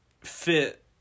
fit